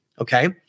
Okay